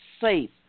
safe